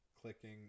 clicking